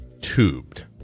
tubed